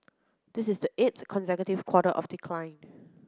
this is the eighth consecutive quarter of decline